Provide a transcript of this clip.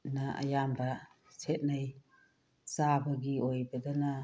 ꯅ ꯑꯌꯥꯝꯕ ꯁꯦꯠꯅꯩ ꯆꯥꯕꯒꯤ ꯑꯣꯏꯕꯗꯅ